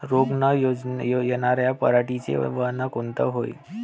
रोग न येनार पराटीचं वान कोनतं हाये?